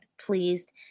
pleased